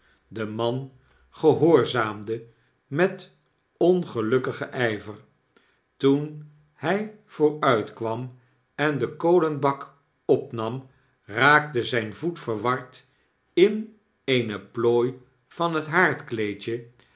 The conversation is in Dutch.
de man gehoorzaamde met ongelukkigen ijver toen hg vooruitkwam en den kolenbak opnam raakte zgn voet verward in eene plooi van het